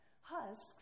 husks